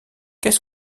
qu’est